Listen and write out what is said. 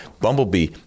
Bumblebee